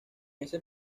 ese